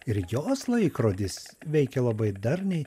ir jos laikrodis veikia labai darniai